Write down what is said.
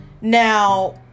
Now